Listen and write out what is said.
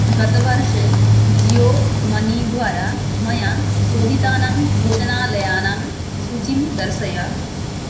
गतवर्षे जीयो मनी द्वारा मया शोधितानां भोजनालयानां सूचीं दर्शय